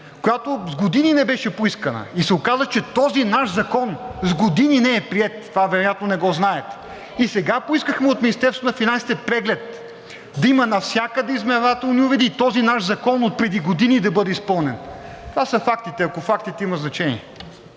която с години не беше поискана, и се оказа, че този наш закон с години не е приет. Това вероятно не го знаете. И сега поискахме от Министерството на финансите преглед, да има навсякъде измервателни уреди и този наш закон отпреди години да бъде изпълнен. Това са фактите, ако фактите имат значение.